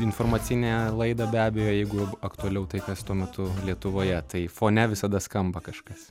informacinę laidą be abejo jeigu aktualiau tai kas tuo metu lietuvoje tai fone visada skamba kažkas